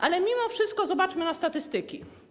Ale mimo wszystko spójrzmy na statystyki.